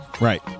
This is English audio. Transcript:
Right